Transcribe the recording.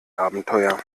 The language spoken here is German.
abenteuer